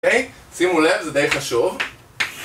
אוקיי, שימו לב, זה די חשוב